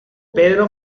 pedro